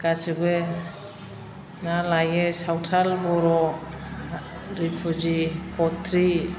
गासैबो ना लायो सावथाल बर' रिफिउजि खथ्रि